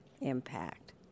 impact